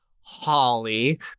Holly